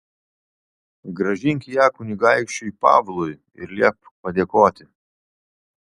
grąžink ją kunigaikščiui pavlui ir liepk padėkoti